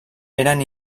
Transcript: eren